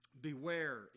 beware